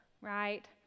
right